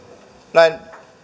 näin